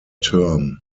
term